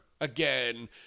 again